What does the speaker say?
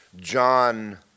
John